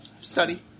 study